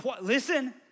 listen